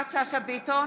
יפעת שאשא ביטון,